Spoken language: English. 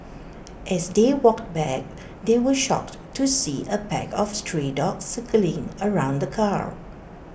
as they walked back they were shocked to see A pack of stray dogs circling around the car